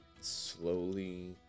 slowly